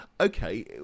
okay